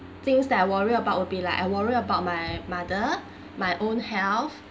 things that I worry about will be like I worry about my mother my own health